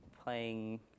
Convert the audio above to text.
playing